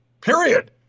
Period